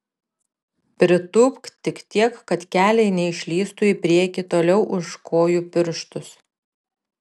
pritūpk tik tiek kad keliai neišlįstų į priekį toliau už kojų pirštus